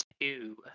two